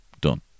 done